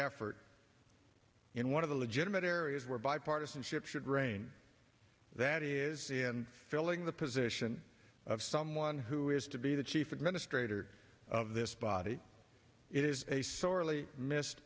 effort in one of the legitimate areas where bipartisanship should reign that is in filling the position of someone who is to be the chief administrator of this body it is a sorely missed